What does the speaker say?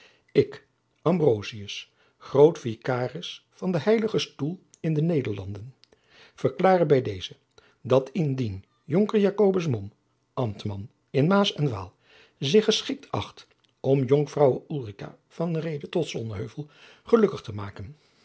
vicaris van den heiligen stoel in de nederlanden verklare bij dezen dat indien jonkheer jacobus mom ambtman in maas en waal zich geschikt acht om jonkvrouwe ulrica van reede tot sonheuvel gelukkig te maken